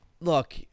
Look